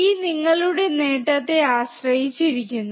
ഈ നിങ്ങളുടെ നേട്ടത്തെ ആശ്രയിച്ചിരിക്കുന്നു